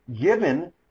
given